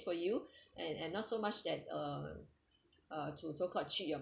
for you and and not so much that uh uh to so called cheat your